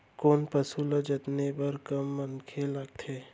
कोन पसु ल जतने बर कम मनखे लागथे?